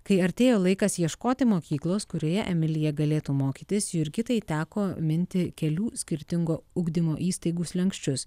kai artėjo laikas ieškoti mokyklos kurioje emilija galėtų mokytis jurgitai teko minti kelių skirtingų ugdymo įstaigų slenksčius